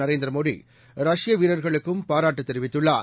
Narendra Modi ரஷ்யவீரர்களுக்கும்பாராட்டுதெரிவித்துள்ளார்